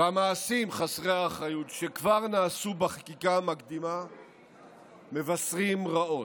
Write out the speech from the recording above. והמעשים חסרי האחריות שכבר נעשו בחקיקה המקדימה מבשרים רעות.